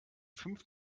fünf